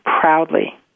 proudly